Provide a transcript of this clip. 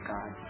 God